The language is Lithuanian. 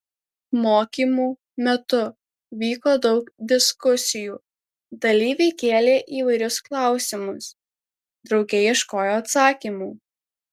mokymų metu vyko daug diskusijų dalyviai kėlė įvairius klausimus drauge ieškojo atsakymų